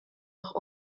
auch